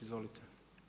Izvolite.